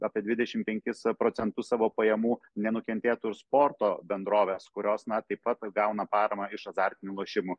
apie dvidešimt penkis procentus savo pajamų nenukentėtų ir sporto bendrovės kurios na taip pat gauna paramą iš azartinių lošimų